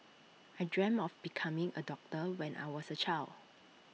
I dreamt of becoming A doctor when I was A child